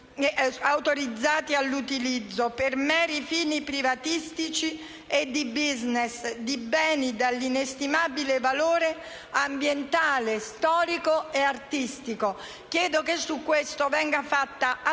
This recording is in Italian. autorizzate all'utilizzo, per meri fini privatistici e di *business*, di beni dall'inestimabile valore ambientale, storico e artistico. Chiedo che su questo venga fatta attenzione